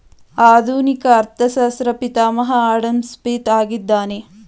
ಆಧುನಿಕ ಅರ್ಥಶಾಸ್ತ್ರ ಪಿತಾಮಹ ಆಡಂಸ್ಮಿತ್ ಆಗಿದ್ದಾನೆ